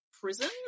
prison